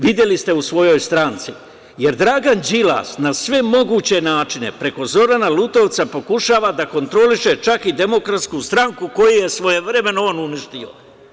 Videli ste u svojoj stranci, jer Dragan Đilas na sve moguće načine preko Zorana Lutovca pokušava da kontroliše čak i DS koju je svojevremeno on uništio.